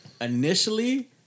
initially